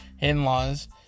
in-laws